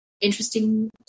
interesting